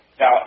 Now